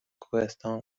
کوهستان